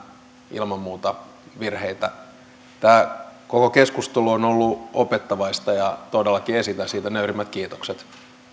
ilman muuta virheitä tämä koko keskustelu on ollut opettavaista ja todellakin esitän siitä nöyrimmät kiitokset